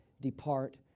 depart